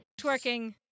twerking